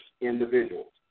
individuals